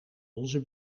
onze